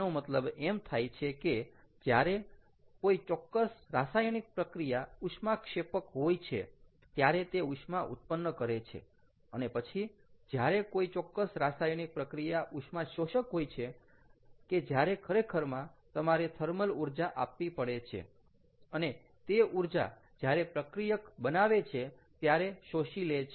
એનો મતલબ એમ થાય છે કે જ્યારે કોઈ ચોક્કસ રાસાયણિક પ્રક્રિયા ઉષ્માક્ષેપક હોય છે ત્યારે તે ઉષ્મા ઉત્પન્ન કરે છે અને પછી જ્યારે કોઈ ચોક્કસ રાસાયણિક પ્રક્રિયા ઉષ્માશોષક હોય છે કે જ્યારે ખરેખરમાં તમારે થર્મલ ઊર્જા આપવી પડે છે અને તે ઊર્જા જ્યારે પ્રક્રિયક બનાવે છે ત્યારે શોષી લે છે